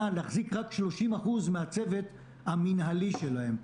להחזיק רק 30% מהצוות המינהלי שלהן,